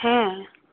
হ্যাঁ